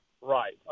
Right